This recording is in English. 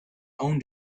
own